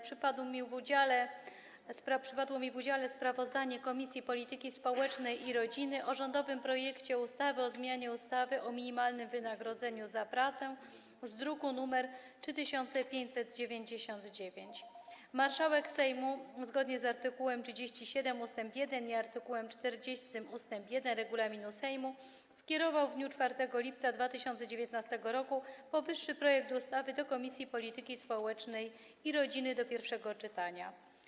Przypadło mi w udziale przedstawienie sprawozdania Komisji Polityki Społecznej i Rodziny o rządowym projekcie ustawy o zmianie ustawy o minimalnym wynagrodzeniu za pracę, druk nr 3599. Marszałek Sejmu, zgodnie z art. 37 ust. 1 i art. 48 ust. 1 regulaminu Sejmu, w dniu 4 lipca 2019 r. skierował powyższy projekt ustawy do Komisji Polityki Społecznej i Rodziny do pierwszego czytania.